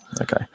Okay